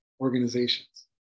organizations